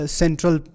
central